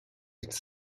its